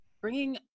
bringing